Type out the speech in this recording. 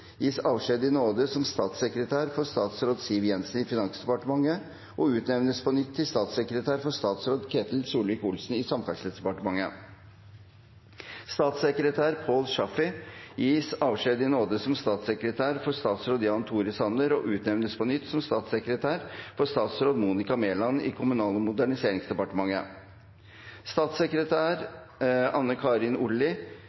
gis avskjed i nåde som statssekretær for statsråd Siv Jensen i Finansdepartementet og utnevnes på nytt til statssekretær for statsråd Ketil Solvik-Olsen i Samferdselsdepartementet. Statssekretær Paul Chaffey gis avskjed i nåde som statssekretær for statsråd Jan Tore Sanner og utnevnes på nytt til statssekretær for statsråd Monica Mæland i Kommunal- og moderniseringsdepartementet.